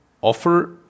offer